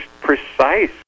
precise